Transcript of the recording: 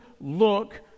look